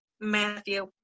Matthew